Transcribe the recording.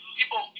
people